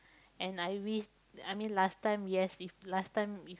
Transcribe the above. and I wish I mean last time yes if last time if